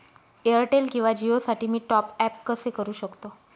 Airtel किंवा जिओसाठी मी टॉप ॲप कसे करु शकतो?